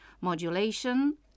Modulation